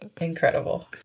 Incredible